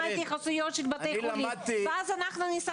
התייחסויות של בתי חולים ואז אנחנו נסכם.